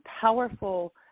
powerful